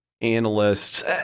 analysts